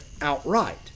outright